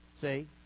See